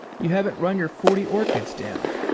you haven't run your forty orchids down.